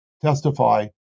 testify